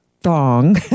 Thong